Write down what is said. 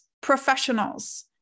professionals